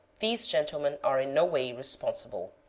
these gentlemen are in no way responsible.